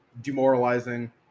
demoralizing